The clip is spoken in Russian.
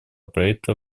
проекта